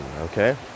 okay